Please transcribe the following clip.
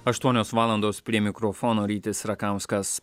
aštuonios valandos prie mikrofono rytis rakauskas